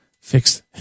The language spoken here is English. fix